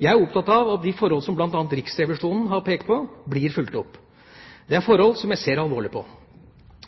Jeg er opptatt av at de forhold som bl.a. Riksrevisjonen har pekt på, blir fulgt opp. Dette er forhold som jeg ser alvorlig på.